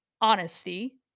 honesty